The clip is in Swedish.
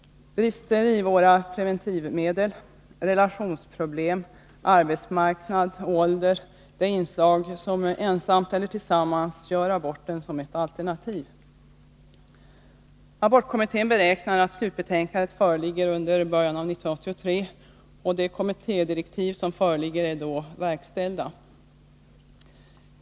Brister i våra preventivmedel, relationsproblem, arbetsmarknad och ålder är faktorer som, ensamma eller tillsammans, gör aborten till ett alternativ. Abortkommittén beräknar att slutbetänkandet föreligger under början av 1983. De kommittédirektiv som föreligger är då verkställda.